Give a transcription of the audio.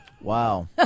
Wow